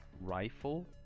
rifle